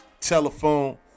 telephone